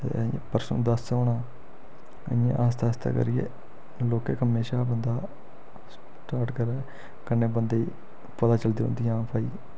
ते परसों दस औना इ'यां आस्ता आस्ता करियै लौहके कम्मै शा बंदा स्टार्ट करै कन्नै बंदे ई पता चलदा रौंह्दियां हां भाई